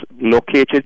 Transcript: located